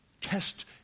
Test